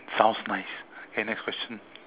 sounds nice okay next question